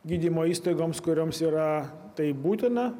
gydymo įstaigoms kurioms yra tai būtina